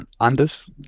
Anders